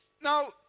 Now